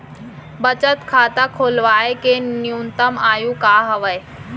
बचत खाता खोलवाय के न्यूनतम आयु का हवे?